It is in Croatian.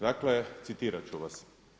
Dakle, citirat ću vas.